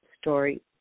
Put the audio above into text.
story